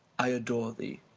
i adore thee,